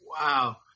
wow